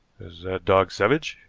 is that dog savage?